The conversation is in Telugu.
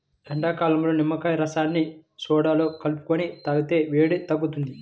ఎండాకాలంలో నిమ్మకాయ రసాన్ని సోడాలో కలుపుకొని తాగితే వేడి తగ్గుతుంది